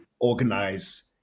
organize